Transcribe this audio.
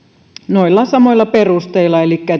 noilla samoilla perusteilla elikkä